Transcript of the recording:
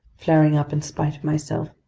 flaring up in spite of myself,